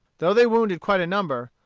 though they wounded quite a number,